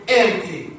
empty